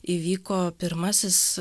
įvyko pirmasis